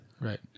Right